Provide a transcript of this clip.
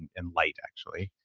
and light, actually,